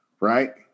right